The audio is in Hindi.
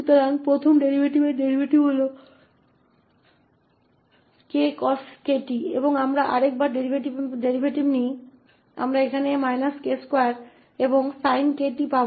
तो पहले डेरीवेटिव का डेरीवेटिव 𝑘 cos 𝑘𝑡 है और हम एक बार फिर एक और डेरीवेटिव लेते हैं हमारे पास k2 और sin 𝑘𝑡 है